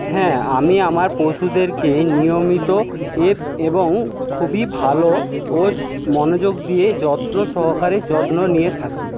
হ্যাঁ আমি আমার পশুদেরকে নিয়মিত এবং খুবই ভালো ও মনোযোগ দিয়ে যত্ন সহকারে যত্ন নিয়ে থাকি